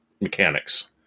mechanics